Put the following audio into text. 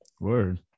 Word